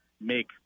make